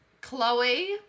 Chloe